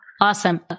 Awesome